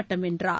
பட்டம் வென்றார்